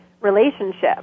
relationship